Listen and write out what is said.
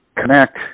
Connect